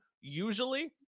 usually